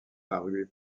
paru